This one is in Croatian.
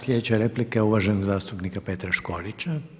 Sljedeća replika je uvaženog zastupnika Petra Škorića.